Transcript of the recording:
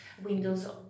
windows